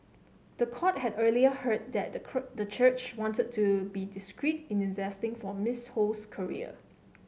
the court had earlier heard that the church wanted to be discreet in investing for Miss Ho's career